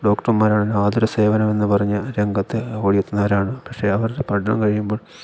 ഡോക്ടർമാരാണെങ്കില് ആതുര സേവനമെന്ന് പറഞ്ഞ് രംഗത്ത് ഓടിയെത്തുന്നവരാണ് പക്ഷേ അവരുടെ പഠനം കഴിയുമ്പോൾ